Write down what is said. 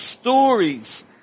stories